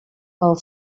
pel